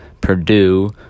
Purdue